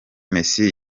messi